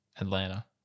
Atlanta